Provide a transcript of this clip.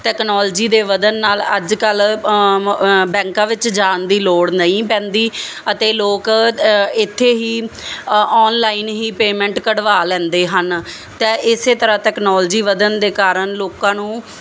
technology ਦੇ ਵਧਣ ਨਾਲ ਅੱਜ ਕੱਲ੍ਹ ਬੈਂਕਾਂ ਵਿੱਚ ਜਾਣ ਦੀ ਲੋੜ ਨਹੀਂ ਪੈਂਦੀ ਅਤੇ ਲੋਕ ਇੱਥੇ ਹੀ ਅ ਆਨਲਾਈਨ ਹੀ ਪੇਮੈਂਟ ਕਢਵਾ ਲੈਂਦੇ ਹਨ ਤਾਂ ਇਸੇ ਤਰ੍ਹਾਂ ਤੈੈੈਕਨੌਲਜੀ ਵਧਣ ਦੇ ਕਾਰਨ ਲੋਕਾਂ ਨੂੰ